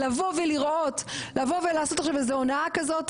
לבוא ולעשות עכשיו איזה הונאה כזאת,